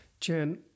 Jen